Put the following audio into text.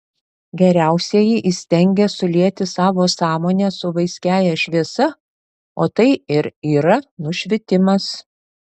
geriausieji įstengia sulieti savo sąmonę su vaiskiąja šviesa o tai ir yra nušvitimas